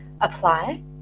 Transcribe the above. apply